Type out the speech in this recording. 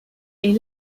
est